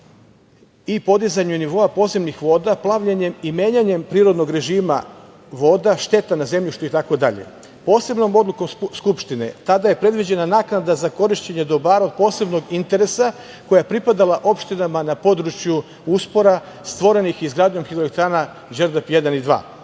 i podizanju nivoa podzemnih voda, plavljenjem i menjanjem prirodnog režima voda, šteta na zemljištu i tako dalje. Posebnom odlukom Skupštine tada je predviđena naknada za korišćenje dobara od posebnog interesa koja je pripadala opštinama na području uspora stvorenih izgradnjom hidroelektrana „Đerdap 1“ i